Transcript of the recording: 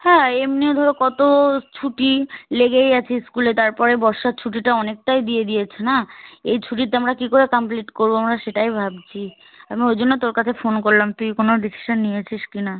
হ্যাঁ এমনিও ধরো কত ছুটি লেগেই আছে স্কুলে তার পরে বর্ষার ছুটিটা অনেকটাই দিয়ে দিয়েছে না এই ছুটিতে আমরা কী করে কমপ্লিট করব মানে সেটাই ভাবছি আমি ওই জন্য তোর কাছে ফোন করলাম তুই কোনো ডিসিশন নিয়েছিস কি না